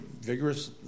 vigorous